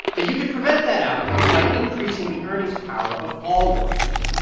but you could prevent that outcome by increasing the earnings power of all workers.